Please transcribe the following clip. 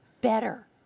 better